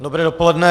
Dobré dopoledne.